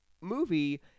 movie